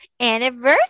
anniversary